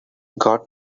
got